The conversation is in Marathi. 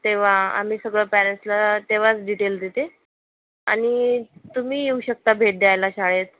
तेव्हा आम्ही सगळं पॅरेंट्सला तेव्हाच डिटेल्स देते आणि तुम्ही येऊ शकता भेट द्यायला शाळेत